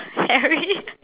hairy